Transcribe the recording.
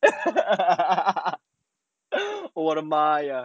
我的妈呀